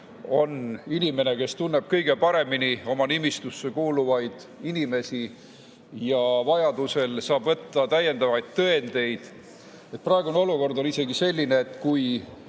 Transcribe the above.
on inimene, kes tunneb kõige paremini oma nimistusse kuuluvaid inimesi ja vajadusel saab võtta täiendavaid tõendeid. Praegune olukord on selline, et kui